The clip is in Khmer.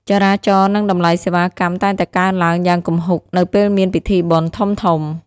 ចរាចរណ៍នឹងតម្លៃសេវាកម្មតែងតែកើនឡើងយ៉ាងគំហុកនៅពេលមានពិធីបុណ្យធំៗ។